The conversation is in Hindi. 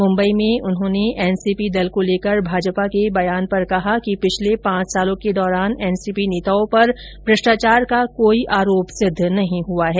मुम्बई में उन्होंने एनसीपी दल को लेकर भाजपा के बयान पर कहा कि पिछले पांच सालों के दौरान एनसीपी नेताओं पर भ्रष्टाचार का कोई आरोप सिद्ध नहीं हुआ है